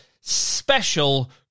special